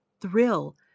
thrill